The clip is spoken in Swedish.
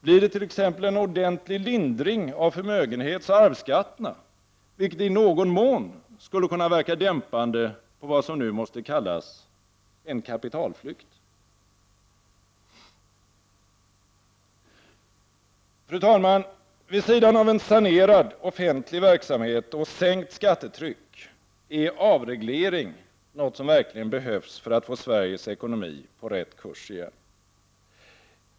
Blir det t.ex. en ordentlig lindring av förmögenhetsoch arvsskatterna, vilket i någon mån skulle kunna verka dämpande på vad som nu måste kallas en kapitalflykt? Fru talman! Vid sidan av en sanerad offentlig verksamhet och sänkt skattetryck är avreglering något som verkligen behövs för att få Sveriges ekonomi på rätt kurs igen.